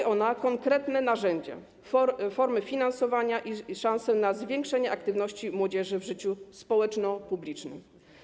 Chodzi tu o konkretne narzędzia, formy finansowania i szansę na zwiększenie aktywności młodzieży w życiu społeczno-publicznym.